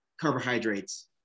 carbohydrates